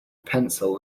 pencil